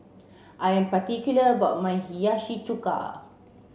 I am particular about my Hiyashi Chuka